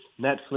Netflix